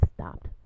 stopped